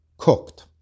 cooked